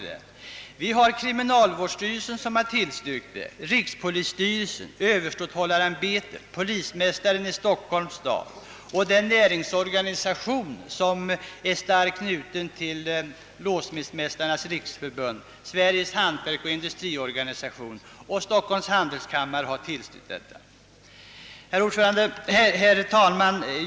Det gäller kriminalvårdsstyrelsen, rikspolisstyrelsen, överståthållarämbetet, polismästaren i Stockholms stad, Stockholms handelskammare samt den näringsorganisation till vilken Sveriges låssmedsmästares riksförbund är starkt knutet, nämligen Sveriges hantverksoch industriorganisation.